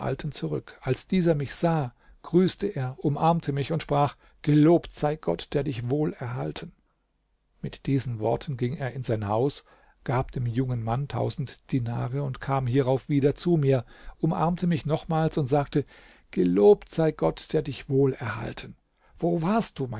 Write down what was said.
zurück als dieser mich sah grüßte er umarmte mich und sprach gelobt sei gott der dich wohl erhalten mit diesen worten ging er in sein haus gab dem jungen mann tausend dinare und kam hierauf wieder zu mir umarmte mich nochmals und sagte gelobt sei gott der dich wohl erhalten wo warst du